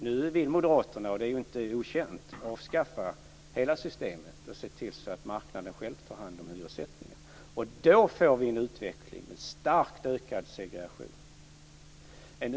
Nu vill Moderaterna, vilket inte är okänt, avskaffa hela systemet och se till att marknaden själv tar hand om hyressättningen. Och då får vi en utveckling med starkt ökad segregation.